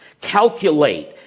Calculate